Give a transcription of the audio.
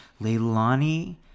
Leilani